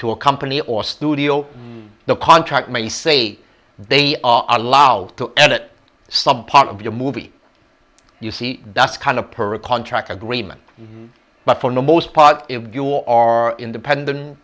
to a company or studio the contract may say they are allowed to edit some part of your movie you see that's kind of per contract agreement but for the most part if you are independent